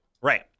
Right